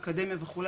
אקדמיה וכו',